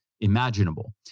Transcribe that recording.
imaginable